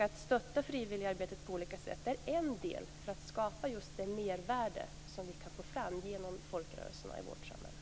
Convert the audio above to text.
Att stötta det frivilliga arbetet på olika sätt är en del för att skapa just det mervärde som vi kan få fram genom folkrörelserna i vårt samhälle.